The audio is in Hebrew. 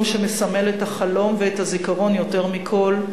שמסמל את החלום ואת הזיכרון יותר מכול,